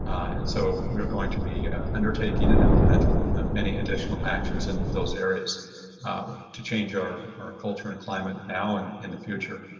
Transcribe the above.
and so we are going to be undertaking and implementing many additional actions in those areas to change our culture and climate now and in the future.